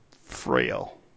frail